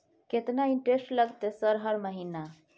केतना इंटेरेस्ट लगतै सर हर महीना?